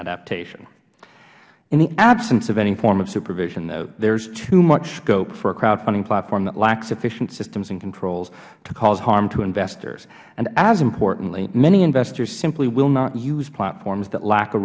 adaptation in the absence of any form of supervision though there's too much scope for crowdfunding platforms that lack sufficient systems and controls to cause harm to investors and as importantly many investors simply will not use platforms that lack